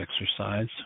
exercise